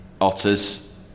Otters